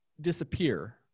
disappear